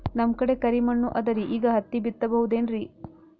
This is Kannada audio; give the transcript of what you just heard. ನಮ್ ಕಡೆ ಕರಿ ಮಣ್ಣು ಅದರಿ, ಈಗ ಹತ್ತಿ ಬಿತ್ತಬಹುದು ಏನ್ರೀ?